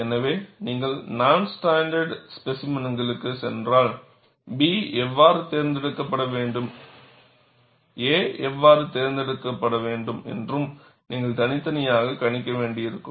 எனவே நீங்கள் நான் ஸ்டாண்டர்ட் ஸ்பேசிமென்களுக்குச் சென்றால் B எவ்வாறு தேர்ந்தெடுக்கப்பட வேண்டும் a எவ்வாறு தேர்ந்தெடுக்கப்பட வேண்டும் என்று நீங்கள் தனித்தனியாக கணிக்க வேண்டியிருக்கும்